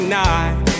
night